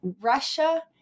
Russia